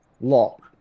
lock